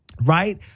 right